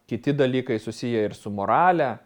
kiti dalykai susiję ir su morale